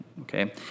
Okay